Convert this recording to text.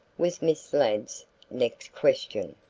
was miss ladd's next question.